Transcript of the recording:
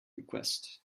request